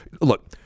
look